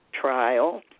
trial